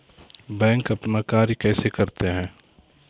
Bank अपन कार्य कैसे करते है?